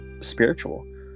spiritual